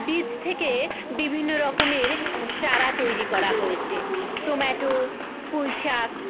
বীজ থেকে বিভিন্ন রকমের চারা তৈরি করা হয়েছে টোমাটো পুঁই শাক